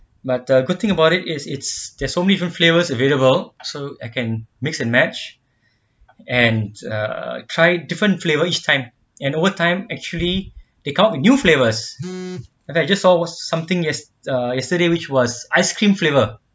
but the good thing about it is there's so many different flavors available so I can mix and match and uh try different flavor each time and overtime actually they come out with new flavors and then I just saw something uh yesterday which was ice cream flavor